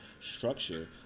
structure